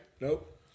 Nope